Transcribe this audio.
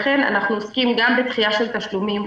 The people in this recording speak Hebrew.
לכן אנחנו עוסקים גם בדחייה של תשלומים,